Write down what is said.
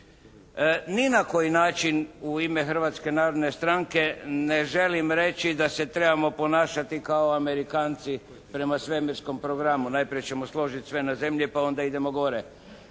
Ni na koji način u ime Hrvatske narodne stranke ne želim reći da se trebamo ponašati kao Amerikanci prema svemirskom programu. Najprije ćemo složiti sve na zemlji pa onda idemo gore.